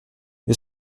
wir